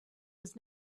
was